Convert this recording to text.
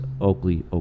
Oakley